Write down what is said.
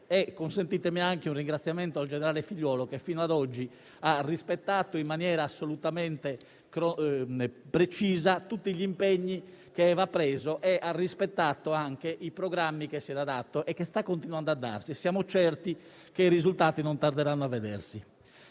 Consentitemi anche un ringraziamento al generale Figliuolo che, fino ad oggi, ha rispettato in maniera assolutamente precisa tutti gli impegni che aveva preso e anche i programmi che si era dato e che sta continuando a darsi. Siamo certi che i risultati non tarderanno a vedersi.